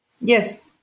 Yes